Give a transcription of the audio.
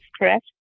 correct